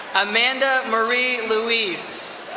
amanda marie louise.